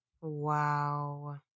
wow